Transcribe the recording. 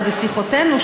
אבל בשיחותינו,